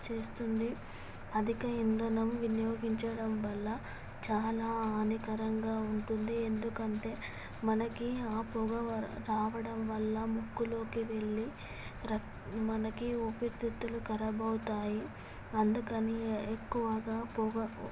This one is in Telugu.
చేస్తుంది అధిక ఇంధనం వినియోగించడం వల్ల చాలా హానికరంగా ఉంటుంది ఎందుకంటే మనకి అ పొగ రావడం వళ్ళ ముక్కులోకి వెళ్ళి మనకి ఊపిరితిత్తులు కరాబావుతాయి అందుకని ఎక్కువగా పొగ